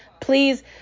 Please